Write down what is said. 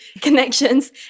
connections